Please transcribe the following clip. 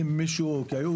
כי היו